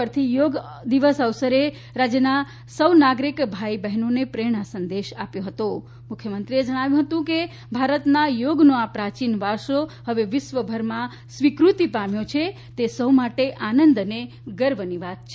પરથી યોગ દિવસ અવસરે રાજ્યના સૌ નાગરિક ભાઈ બહેનોને સંદેશ આપતા જણાવ્યું કે ભારતના યોગનો આ પ્રાચીન વારસો હવે વિશ્વભરમાં સ્વીકૃતિ પામ્યો છે તે સૌ માટે આનંદ અને ગર્વની વાત છે